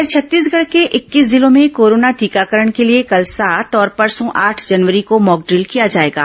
इधर छत्तीसगढ़ के इक्कीस जिलों में कोरोना टीकाकरण के लिए कल सात और परसों आठ जनवरी को मॉकड्रिल किया जाएगा